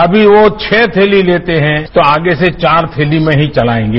अमी वो छह थैली लेते हैं तो आगे से चार थैली ही चलाएंगे